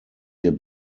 hier